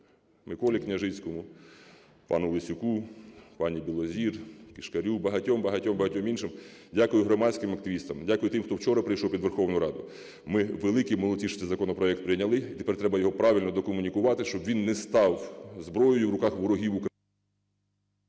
і Колі Княжицькому, пану Лесюку, пані Білозір, Кишкарю, багатьом-багатьом-багатьом іншим. Дякую громадським активістам. Дякую тим, хто вчора прийшов під Верховну Раду. Ми великі молодці, що цей законопроект прийняли, і тепер треба його правильно докомунікувати, щоб він не став зброєю в руках ворогів…